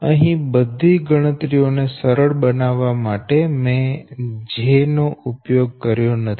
અહી બધી ગણતરીઓ ને સરળ બનાવવા માટે મેં 'j' નો ઉપયોગ કર્યો નથી